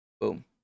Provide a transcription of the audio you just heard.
Boom